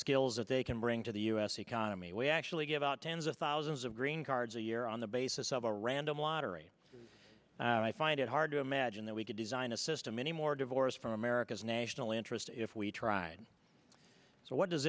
skills that they can bring to the u s economy we actually give out tens of thousands of green cards a year on the basis of a random lottery and i find it hard to imagine that we could design a system any more divorced from america's national interest if we tried so what does